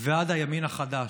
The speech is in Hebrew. ועד הימין החדש,